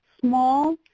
small